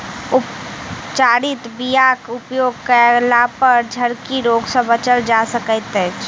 उपचारित बीयाक उपयोग कयलापर झरकी रोग सँ बचल जा सकैत अछि